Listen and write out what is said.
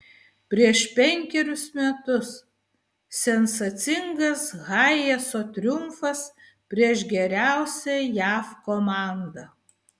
prieš penkerius metus sensacingas hayeso triumfas prieš geriausią jav komandą